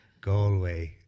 Galway